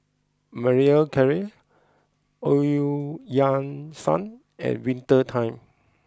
Marie Claire O Eu Yan Sang and Winter Time